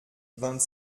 vingt